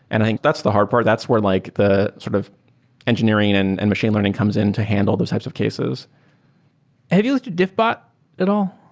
and i think that's the hard part. that's where like the sort of engineering and and machine learning comes in to handle those types of cases have you looked at diffbot at all?